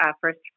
first